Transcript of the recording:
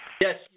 Yes